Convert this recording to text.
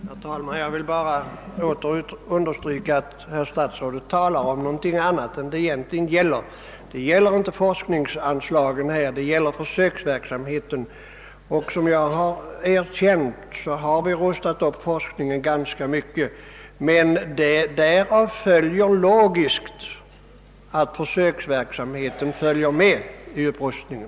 Herr talman! Jag vill återigen understryka att statsrådet talar om någonting annat än vad det egentligen gäller, ty det rör sig inte om forskningsanslagen utan om försöksverksamheten. Som jag tidigare erkänt har vi rustat upp forskningen ganska mycket, men logiken kräver då att forskningsverksamheten följer med i upprustningen.